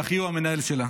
שאחי הוא המנהל שלה.